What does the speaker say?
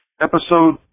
episode